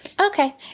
Okay